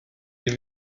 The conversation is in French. des